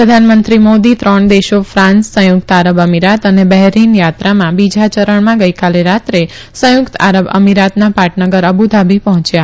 પ્રધાનમંત્રી મોદી ત્રણ દેશો ફાંસ સંયુકત આરબ અમીરાત અને બહેરીન થાત્રામાં બીજા યરણમાં ગઈકાલે રાત્રે સંયુકત આરબ અમીરાતના પાટનગર અબુધાબી પહોચ્યા